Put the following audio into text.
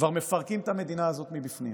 כבר מפרק את המדינה הזאת מבפנים.